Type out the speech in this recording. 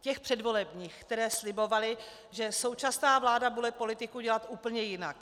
Těch předvolebních, které slibovaly, že současná vláda bude politiku dělat úplně jinak.